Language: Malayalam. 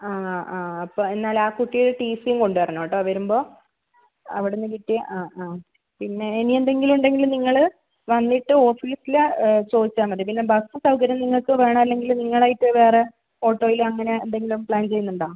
ആ ആ അപ്പം എന്നാൽ ആ കുട്ടിയുടെ ടി സിയും കൊണ്ടുവരണം കേട്ടോ വരുമ്പം അവിടുന്ന് കിട്ടിയ ആ ആ പിന്നെ ഇനി എന്തെങ്കിലും ഉണ്ടെങ്കിൽ നിങ്ങൾ വന്നിട്ട് ഓഫീസിൽ ചോദിച്ചാൽ മതി പിന്നെ ബസ്സ് സൗകര്യം നിങ്ങൾക്ക് വേണോ അല്ലെങ്കിൽ നിങ്ങളായിട്ട് വേറെ ഓട്ടോയിലോ അങ്ങനെ എന്തെങ്കിലും പ്ലാൻ ചെയ്യുന്നുണ്ടോ